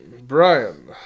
Brian